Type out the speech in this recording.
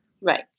Right